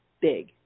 big